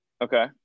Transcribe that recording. okay